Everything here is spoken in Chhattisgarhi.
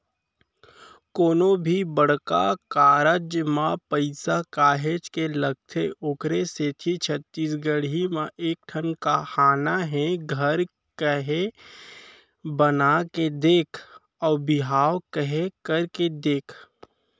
कोनो भी बड़का कारज म पइसा काहेच के लगथे ओखरे सेती छत्तीसगढ़ी म एक ठन हाना हे घर केहे बना के देख अउ बिहाव केहे करके देख